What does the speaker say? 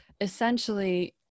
Essentially